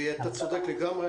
צודק לגמרי.